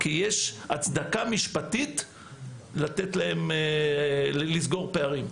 יש הצדקה משפטית לסגור פערים.